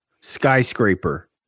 Skyscraper